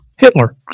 Hitler